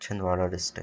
Chhindwara district